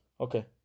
okay